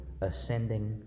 ascending